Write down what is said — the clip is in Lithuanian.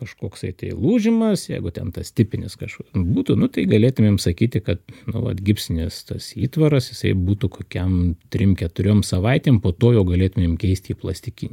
kažkoksai tai lūžimas jeigu ten tas tipinis kažkur nu būtų nu tai galėtumėm sakyti kad nu vat gipsinis tas įtvaras jisai būtų kokiam trim keturiom savaitėm po to jau galėtumėm keisti į plastikinį